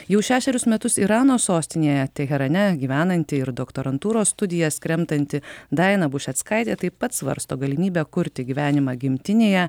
jau šešerius metus irano sostinėje teherane gyvenanti ir doktorantūros studijas kremtanti daina bušeckaitė taip pat svarsto galimybę kurti gyvenimą gimtinėje